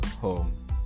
home